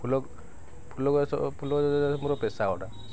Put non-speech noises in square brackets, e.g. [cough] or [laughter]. ଫୁଲ ଫୁଲ ଗଛ ଫୁଲ ଗଛ ମୋର ପେସା [unintelligible]